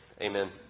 Amen